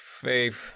faith